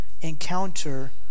encounter